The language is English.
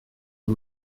who